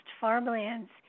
farmlands